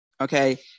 okay